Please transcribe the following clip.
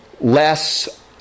less